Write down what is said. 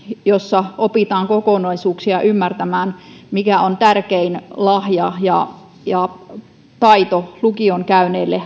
jossa opitaan kokonaisuuksia ymmärtämään mikä on lopulta tärkein lahja ja ja taito lukion käyneille